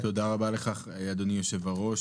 תודה רבה לך, אדוני היושב-ראש.